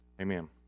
Amen